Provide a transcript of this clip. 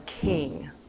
king